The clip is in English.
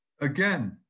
again